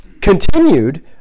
continued